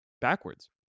backwards